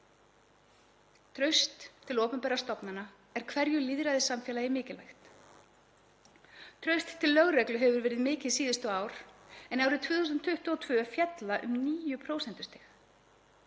Traust til opinberra stofnana er hverju lýðræðissamfélagi mikilvægt. Traust til lögreglu hefur verið mikið síðustu ár en árið 2022 féll það um 9 prósentustig.